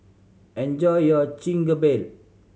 enjoy your Chigenabe